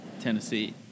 Tennessee